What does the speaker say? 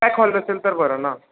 hall असेल तर बरं ना